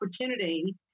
opportunity